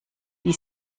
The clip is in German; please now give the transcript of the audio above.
die